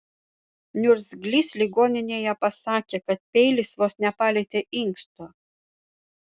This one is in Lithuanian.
niurzglys ligoninėje pasakė kad peilis vos nepalietė inksto